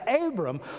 Abram